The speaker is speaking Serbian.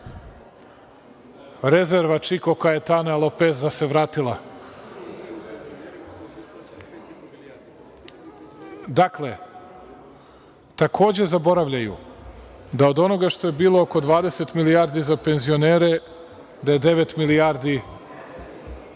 Rezerva Čiko Kajetana Lopeza se vratila. Dakle, takođe zaboravljaju da od onoga što je bilo oko 20 milijardi za penzionere, da je devet milijardi